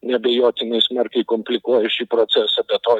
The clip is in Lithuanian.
neabejotinai smarkiai komplikuoja šį procesą be to